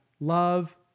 love